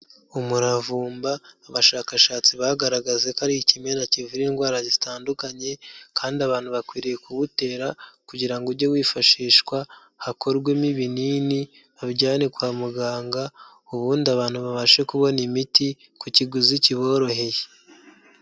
Umuravumba abashakashatsi bagaragaze ko ari ikimera kivura indwara zitandukanye, kandi abantu bakwiriye kuwutera kugira ngo ujye wifashishwa hakorwemo ibinini babijyane kwa mu ganga, ubundi abantu babashe kubona imiti ku kiguzi kiboroheye.